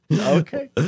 Okay